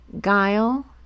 guile